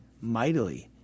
mightily